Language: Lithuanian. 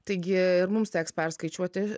taigi ir mums teks perskaičiuoti